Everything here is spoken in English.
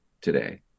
today